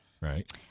Right